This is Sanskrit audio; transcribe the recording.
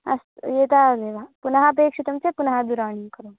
अस्तु एतावदेव पुनः अपेक्षितं चेत् पुनः दूरवाणीं करोमि